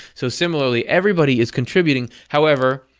so similarly everybody is contributing. however,